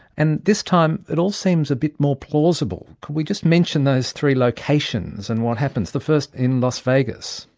and this time it all seems a bit more plausible. can we just mention those three locations and what happens? the first is las vegas.